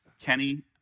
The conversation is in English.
Kenny